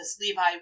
Levi